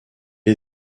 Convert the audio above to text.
est